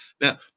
now